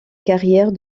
carrière